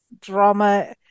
drama